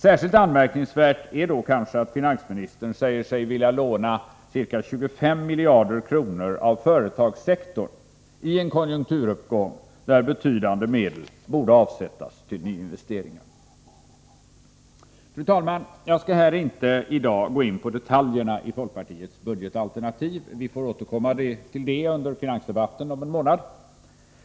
Särskilt anmärkningsvärt är då kanske att finansministern säger sig vilja låna ca 25 miljarder kronor av företagssektorn i en konjunkturuppgång där betydande medel borde avsättas till nyinvesteringar. Fru talman! Jag skall här inte i dag gå in på detaljerna i folkpartiets budgetalternativ. Vi får återkomma till det i finansdebatten om en månad.